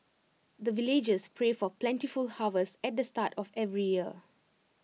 the villagers pray for plentiful harvest at the start of every year